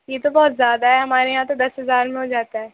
یہ تو بہت زیادہ ہے ہمارے یہاں تو دس ہزار میں ہو جاتا ہے